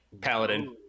Paladin